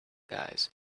guys